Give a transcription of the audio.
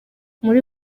muri